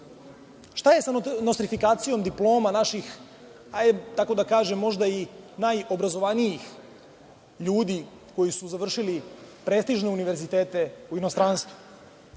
Šta je sa nostrifikacijom diploma naših, hajde tako da kažem, možda i najobrazovanijih ljudi koji su završili prestižne univerzitete u inostranstvu?